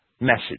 message